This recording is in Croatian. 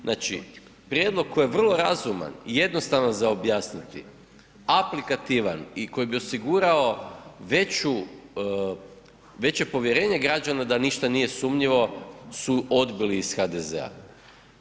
Znači, prijedlog koji je vrlo razuman i jednostavan za objasniti, aplikativan i koji bi osigurao veću, veće povjerenje građana da ništa nije sumnjivo su odbili iz HDZ-a.